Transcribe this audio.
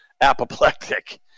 apoplectic